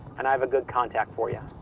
and i have a good contact for yeah